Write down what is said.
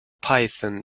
python